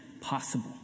possible